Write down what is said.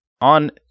on